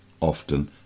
often